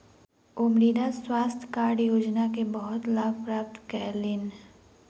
ओ मृदा स्वास्थ्य कार्ड योजना के बहुत लाभ प्राप्त कयलह्नि